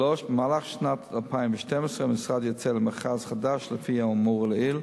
3. במהלך שנת 2012 המשרד יצא למכרז חדש לפי האמור לעיל,